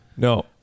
No